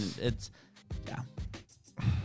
it's—yeah